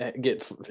get